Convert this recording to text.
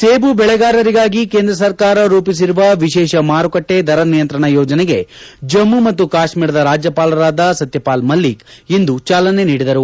ಸೇಬು ಬೆಳೆಗಾರರಿಗಾಗಿ ಕೇಂದ್ರ ಸರ್ಕಾರ ರೂಪಿಸಿರುವ ವಿಶೇಷ ಮಾರುಕಟ್ಟೆ ದರ ನಿಯಂತ್ರಣ ಯೋಜನೆಗೆ ಜಮ್ಮ ಮತ್ತು ಕಾಶ್ಮೀರದ ರಾಜ್ಯಪಾಲರಾದ ಸತ್ಯಪಾಲ್ ಮಲ್ಲಿಕ್ ಇಂದು ಜಾಲನೆ ನೀಡಿದರು